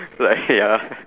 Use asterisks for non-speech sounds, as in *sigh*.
*laughs* like ya